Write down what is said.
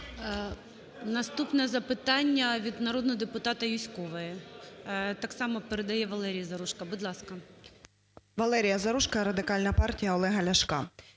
Наступне запитання від народного депутата Юзькової. Так само передає Валерії Заружко. Будь ласка. 13:17:54 ЗАРУЖКО В.Л. Валерія Заружко, Радикальна партія Олега Ляшка.